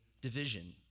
division